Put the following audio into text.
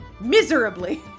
Miserably